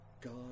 God